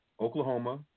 Oklahoma